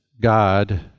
God